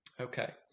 Okay